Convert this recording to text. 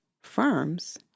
firms